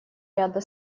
ряда